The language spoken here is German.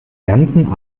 ganzen